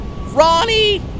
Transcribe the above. Ronnie